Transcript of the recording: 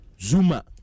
Zuma